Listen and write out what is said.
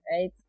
right